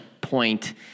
point